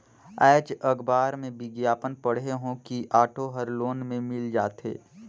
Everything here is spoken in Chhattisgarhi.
आएज अखबार में बिग्यापन पढ़े हों कि ऑटो हर लोन में मिल जाथे